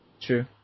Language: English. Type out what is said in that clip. True